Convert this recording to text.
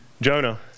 Jonah